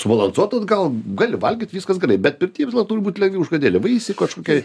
subalansuotos gal gali valgyt viskas gerai bet pirty visada turi būt užkandėlė vaisiai kažkokie